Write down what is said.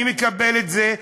אני מקבל את זה,